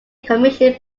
commission